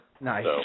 Nice